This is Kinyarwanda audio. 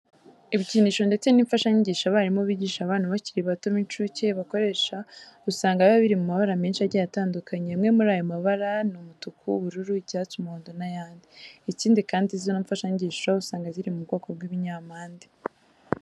Ibikinisho ndetse n'imfashanyigisho abarimu bigisha abana bakiri bato b'incuke bakoresha usanga biba biri mu mabara menshi agiye atandukanye. Amwe muri ayo mabara ni umutuku, ubururu, icyatsi, umuhondo n'ayandi. Ikindi kandi, zino mfashanyigisho usanga ziri mu bwoko bw'ibinyampande.